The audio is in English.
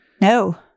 no